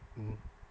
mmhmm